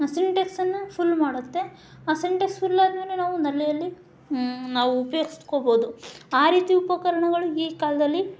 ಸಿಂಟೆಕ್ಸನ್ನು full ಮಾಡುತ್ತೆ ಆ Sintex full ಆದ್ಮೇಲೆ ನಾವು ನಲ್ಲಿಯಲ್ಲಿ ನಾವು ಉಪಯೋಗಿಸ್ಕೊಳ್ಬೋದು ಆ ರೀತಿ ಉಪಕರಣಗಳು ಈ ಕಾಲದಲ್ಲಿ